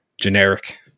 generic